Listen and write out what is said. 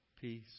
peace